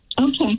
Okay